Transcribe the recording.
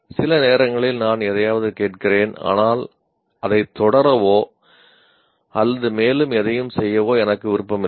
சில நேரங்களில் நான் எதையாவது கேட்கிறேன் ஆனால் அதைத் தொடரவோ அல்லது மேலும் எதையும் செய்யவோ எனக்கு விருப்பமில்லை